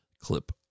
clip